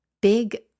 big